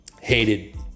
hated